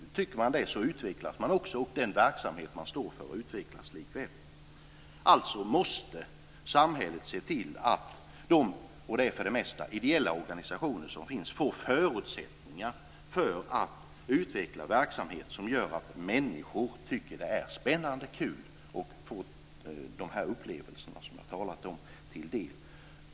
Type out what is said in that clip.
Tycker man det så utvecklas man också, och den verksamhet man står för utvecklas likväl. Alltså måste samhället se till att de ofta ideella organisationer som finns får förutsättningar för att utveckla verksamhet som gör att människor tycker att det är spännande och kul att få sig till del de upplevelser som jag har talat om.